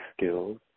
skills